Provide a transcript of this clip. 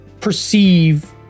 perceive